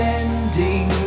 ending